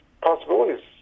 possibilities